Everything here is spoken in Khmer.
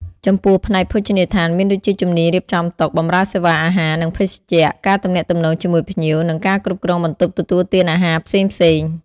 ចំពោះ ផ្នែកភោជនីយដ្ឋាន មានដូចជាជំនាញរៀបចំតុ បម្រើសេវាអាហារ និងភេសជ្ជៈ ការទំនាក់ទំនងជាមួយភ្ញៀវ និងការគ្រប់គ្រងបន្ទប់ទទួលទានអាហារផ្សេងៗ។